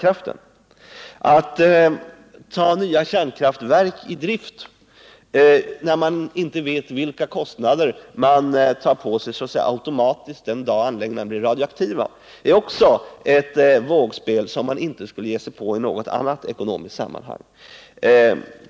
Att ta nya kärnkraftverk i drift, när man inte vet vilka kostnader man tar på sig så att säga automatiskt den dag anläggningarna blir radioaktiva, är också ett vågspel som man inte skulle ge sig på i något annat ekonomiskt sammanhang.